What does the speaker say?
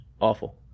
awful